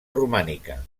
romànica